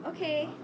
okay